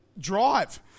drive